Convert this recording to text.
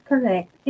Correct